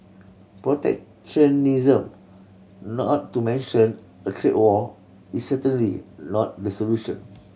protectionism not to mention a trade war is certainly not the solution